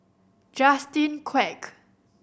Justin Quek